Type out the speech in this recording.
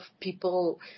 people